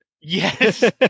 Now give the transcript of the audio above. Yes